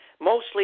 mostly